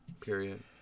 Period